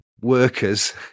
Workers